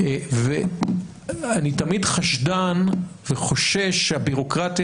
ואני תמיד חשדן וחושש שהבירוקרטיה